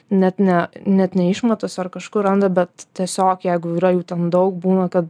net ne net ne išmatose ar kažkur randa bet tiesiog jeigu yra jų ten daug būna kad